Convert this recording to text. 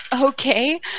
Okay